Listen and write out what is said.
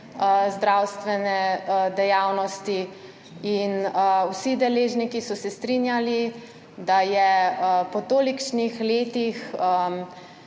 zdravstvene dejavnosti in vsi deležniki so se strinjali, da je po tolikšnih letih,